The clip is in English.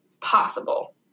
possible